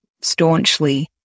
staunchly